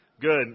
Good